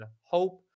Hope